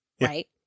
Right